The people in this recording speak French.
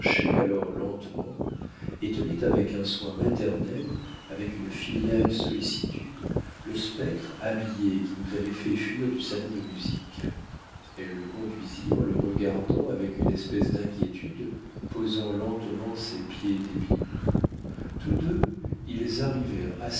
alors lentement et tenait avec un soin maternel avec une filiale sollicitude le spectre habillé qui nous avait fait fuir du salon de musique elle le conduisit en le regardant avec une espèce d'inquiétude posant lentement ses pieds débiles tous deux ils arrivèrent